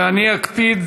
ואני אקפיד